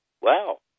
wow